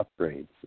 upgrades